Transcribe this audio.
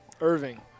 Irving